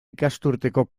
ikasturteko